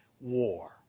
war